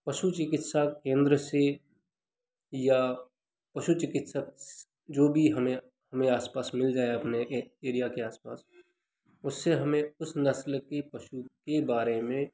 पशु चिकित्सा केंद्र से या पशु चिकित्सा जो भी हमें में आसपास मिल जाए अपने ए एरिया के आसपास उससे हमें उस नस्ल की पशु के बारे में